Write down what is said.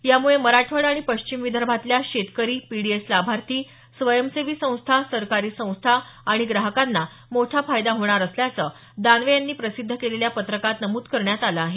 यामुळे मराठवाडा आणि पश्चिम विदर्भातल्या शेतकरी पीडीएस लाभार्थी स्वयंसेवी संस्था सरकारी संस्था आणि ग्राहकांना मोठा फायदा होणार असल्याचं दानवे यांनी प्रसिद्ध केलेल्या पत्रकात नमूद करण्यात आलं आहे